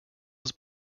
was